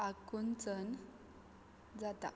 आकुंचन जाता